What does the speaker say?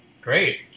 Great